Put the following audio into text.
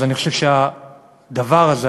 אני חושב שהדבר הזה,